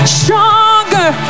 stronger